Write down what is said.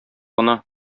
гына